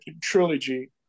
trilogy